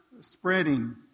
Spreading